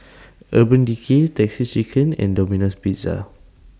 Urban Decay Texas Chicken and Domino's Pizza